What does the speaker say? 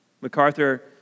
MacArthur